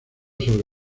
sobre